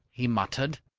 he muttered.